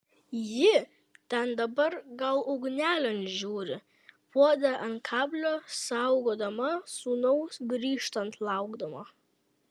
ji ten dabar gal ugnelėn žiūri puodą ant kablio saugodama sūnaus grįžtant laukdama